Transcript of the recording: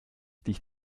dich